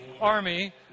Army